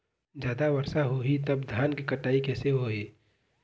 जादा वर्षा होही तब धान के कटाई कैसे होही?